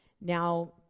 Now